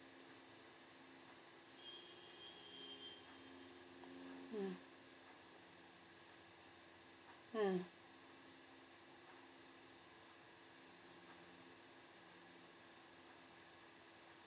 mm mm